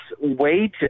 wait